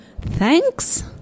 Thanks